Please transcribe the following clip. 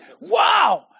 wow